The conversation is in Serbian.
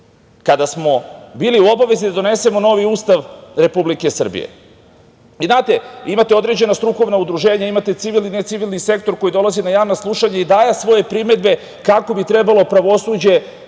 kada smo bili u obavezi da donesemo novi Ustav Republike Srbije. Znate, imate određena strukovna udruženja, imate civilne i necivilni sektor koji dolazi na javna slušanja i daje svoje primedbe kako bi trebalo pravosuđe